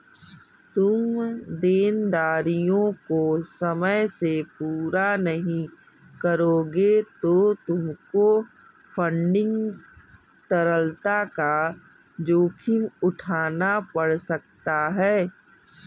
तुम देनदारियों को समय से पूरा नहीं करोगे तो तुमको फंडिंग तरलता का जोखिम उठाना पड़ सकता है